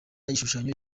igishushanyo